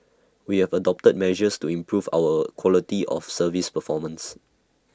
we have adopted measures to improve our quality of service performance